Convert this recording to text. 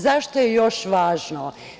Zašto je još važno?